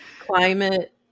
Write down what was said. Climate